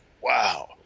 Wow